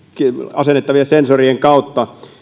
asennettavien sensorien kautta